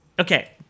Okay